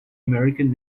american